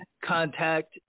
contact